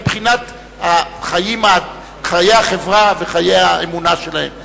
מבחינת חיי החברה וחיי האמונה שלהם.